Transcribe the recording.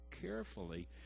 carefully